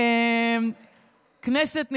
כנסת נכבדה,